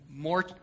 more